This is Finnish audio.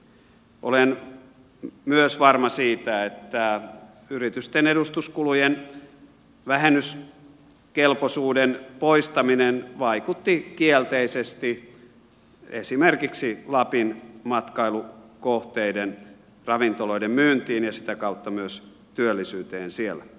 olen myös varma siitä että yritysten edustuskulujen vähennyskelpoisuuden poistaminen vaikutti kielteisesti esimerkiksi lapin matkailukohteiden ravintoloiden myyntiin ja sitä kautta myös työllisyyteen siellä